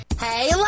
Hey